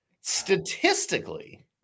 Statistically